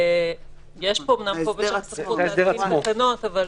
יש פה אמנם סמכות להתקין תקנות אבל